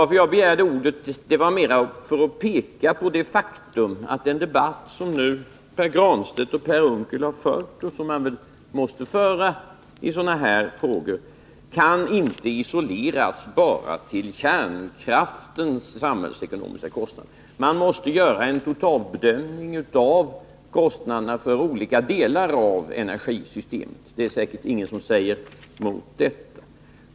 Att jag begärde ordet berodde närmast på att jag ville peka på det faktum att den debatt som nu Pär Granstedt och Per Unckel har fört och som man väl måste föra i sådana här frågor inte kan isoleras till att ange enbart kärnkraftens samhällsekonomiska kostnader. Man måste göra en total bedömning av kostnaderna för olika delar av energisystemet. Det är säkerligen ingen som motsäger detta.